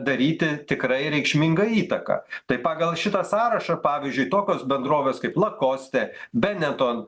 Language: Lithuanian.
daryti tikrai reikšmingą įtaką tai pagal šitą sąrašą pavyzdžiui tokios bendrovės kaip lakostė benetton